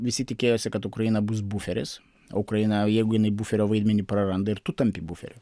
visi tikėjosi kad ukraina bus buferis ukraina jeigu jinai buferio vaidmenį praranda ir tu tampi buferiu